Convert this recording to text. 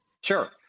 Sure